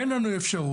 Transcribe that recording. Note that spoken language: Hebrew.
אין לנו אפשרות,